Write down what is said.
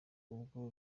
ubwo